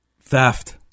theft